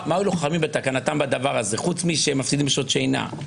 מה הועילו חכמים בתקנתם בדבר הזה חוץ משהם מפסידים בשעות שינה?